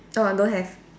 oh I don't have